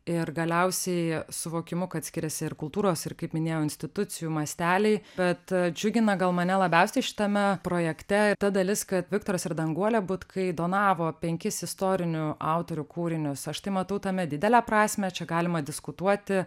ir galiausiai suvokimu kad skiriasi ir kultūros ir kaip minėjau institucijų masteliai bet džiugina gal mane labiausiai šitame projekte ir ta dalis kad viktoras ir danguolė butkai donavo penkis istorinių autorių kūrinius aš tai matau tame didelę prasmę čia galima diskutuoti